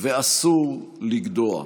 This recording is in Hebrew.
ואסור לגדוע.